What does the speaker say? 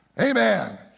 Amen